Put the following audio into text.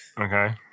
Okay